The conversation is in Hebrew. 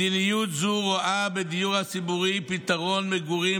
מדיניות זו רואה בדיור הציבורי פתרון מגורים